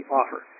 offer